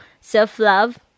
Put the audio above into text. self-love